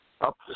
up